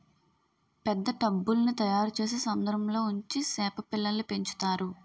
పెద్ద టబ్బుల్ల్ని తయారుచేసి సముద్రంలో ఉంచి సేప పిల్లల్ని పెంచుతారు